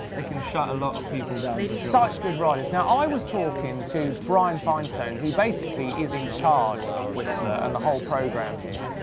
it can shut a lot of people down. such good riders. now, i was talking to brian finestone who, basically, is in charge of whistler and the whole programme here.